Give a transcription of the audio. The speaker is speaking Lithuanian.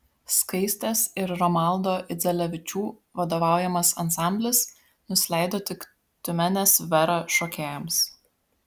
skaistės ir romaldo idzelevičių vadovaujamas ansamblis nusileido tik tiumenės vera šokėjams